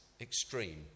extreme